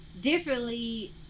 differently